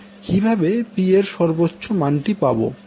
কিভাবে P এর সর্বচ্চো মানটি পাবো